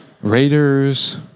Raiders